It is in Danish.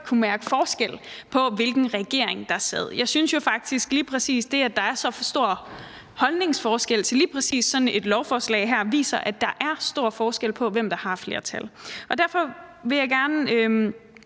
kunne mærke forskel på, hvilken regering der sad. Jeg synes jo faktisk lige præcis, at det, at der er så stor holdningsforskel til lige præcis sådan et lovforslag her, viser, at der er stor forskel på, hvem der har flertal. Og derfor vil jeg gerne